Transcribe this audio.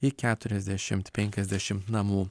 į keturiasdešimt penkiasdešimt namų